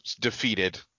defeated